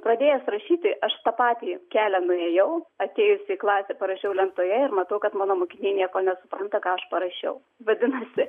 pradėjęs rašyti aš tą patį kelią nuėjau atėjusi į klasę parašiau lentoje ir matau kad mano mokiniai nieko nesupranta ką aš parašiau vadinasi